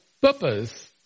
purpose